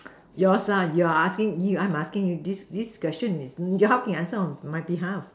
your song you are asking you are asking this this question is joking as song on my behalf